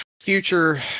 future